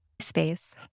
space